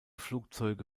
flugzeuge